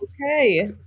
Okay